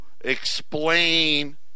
explain